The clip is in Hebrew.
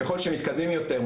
ככול שהם מתקדמים יותר,